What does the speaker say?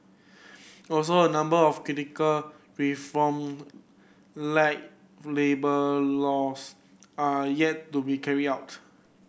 also a number of critical reform like labour laws are yet to be carried out